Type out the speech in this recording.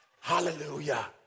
Hallelujah